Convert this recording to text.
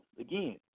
again